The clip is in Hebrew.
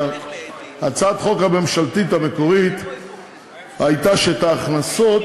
הצעת החוק הממשלתית המקורית הייתה שההכנסות